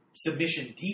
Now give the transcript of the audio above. Submission